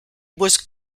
was